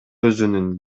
өзүнүн